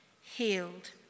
healed